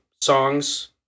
songs